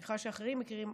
מניחה שאחרים מכירים,